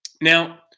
Now